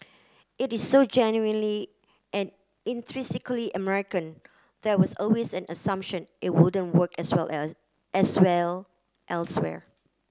it is so genuinely and intrinsically American there was always an assumption it wouldn't work as well as as well elsewhere